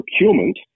procurement